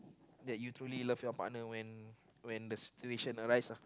that you truly live your partner when when the situation arise uh